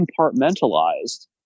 compartmentalized